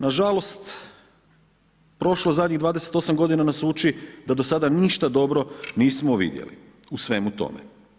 Nažalost, prošlo zadnjih 28 godina nas uči da do sada ništa dobro nismo vidjeli u svemu tome.